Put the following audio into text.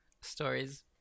stories